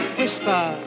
Whisper